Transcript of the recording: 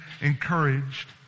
encouraged